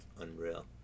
unreal